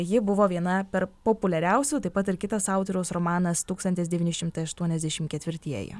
ji buvo viena per populiariausių taip pat ir kitas autoriaus romanas tūkstantis devyni šimtai aštuoniasdešimt ketvirtieji